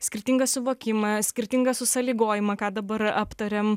skirtingą suvokimą skirtingą susąlygojimą ką dabar aptariam